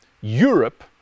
Europe